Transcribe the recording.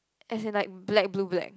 as in like black blue black